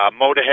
Motorhead